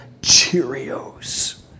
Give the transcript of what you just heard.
Cheerios